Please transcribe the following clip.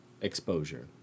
exposure